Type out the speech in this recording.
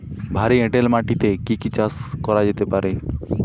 ভারী এঁটেল মাটিতে কি কি চাষ করা যেতে পারে?